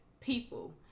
people